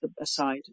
aside